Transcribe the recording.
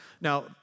Now